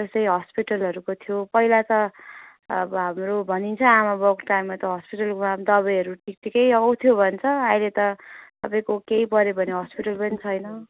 जस्तै हस्पिटलहरूको थियो पहिला त अब हाम्रो भनिन्छ आमा बाउको टाइममा त हस्पिटल गयो भने दबाईहरू त्यतिकै आउँथ्यो भन्छ अहिले त तपाईँको केही पऱ्यो भने हस्पिटल पनि छैन